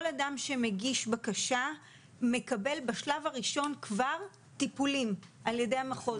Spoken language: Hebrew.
כל אדם שמגיש בקשה מקבל בשלב הראשון כבר טיפולים על ידי המחוז,